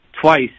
Twice